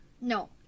No